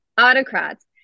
autocrats